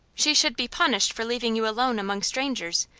she should be punished for leaving you alone among strangers,